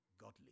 godly